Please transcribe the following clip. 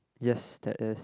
yes there is